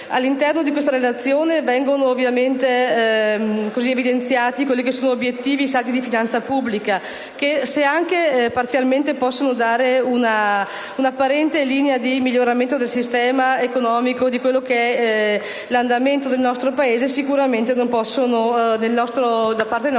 All'interno di questa Relazione vengono ovviamente evidenziati gli obiettivi e i saldi di finanza pubblica che, se anche parzialmente possono dare un'apparente linea di miglioramento del sistema economico e di quello che è l'andamento del nostro Paese, sicuramente, da parte nostra, non possono